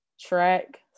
track